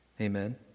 Amen